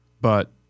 But-